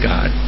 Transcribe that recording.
God